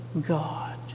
God